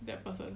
that person